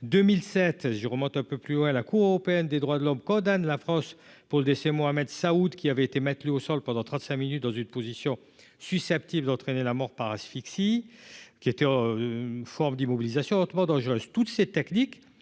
2007, sûrement un peu plus haut à la Cour européenne des droits de l'homme condamne la France pour le c'est Mohamed Saïd, qui avait été maintenu au sol pendant 35 minutes dans une position susceptible d'entraîner la mort par asphyxie qui était en forme d'immobilisation hautement dangereuse,